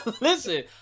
Listen